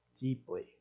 deeply